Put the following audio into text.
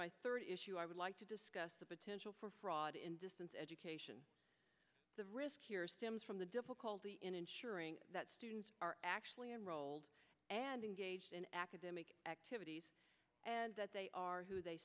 i third issue i would like to discuss the potential for fraud in distance education the risk here stems from the difficulty in ensuring that students are actually enrolled and engaged in academic activities and that they are who they